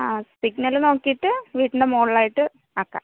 ആ സിഗ്നല് നോക്കിയിട്ട് നോക്കിയിട്ട് വീട്ടിൻ്റെ മുകളിലായിട്ട് ആക്കാം